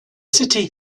city